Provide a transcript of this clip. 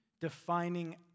defining